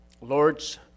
Lord's